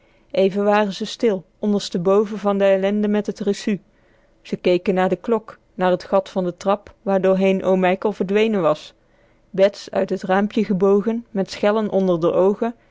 even waren ze stil ondersteboven van de ellende met t recu ze keken naar de klok naar t gat van de trap waardoorheen oom mijkel verdwenen was bets uit t raampje gebogen met schellen onder r oogen